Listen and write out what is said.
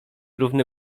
równy